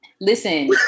listen